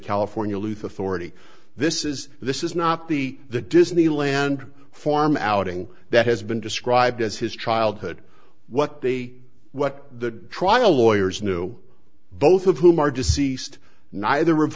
california luther thorney this is this is not the the disneyland farm outing that has been described as his childhood what they what the trial lawyers knew both of whom are deceased neither of